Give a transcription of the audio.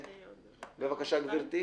דבר ראשון,